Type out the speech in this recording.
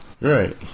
Right